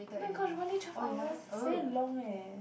oh my gosh one day twelve hours it's very long eh